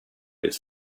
his